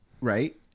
Right